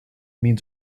means